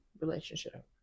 relationship